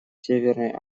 северной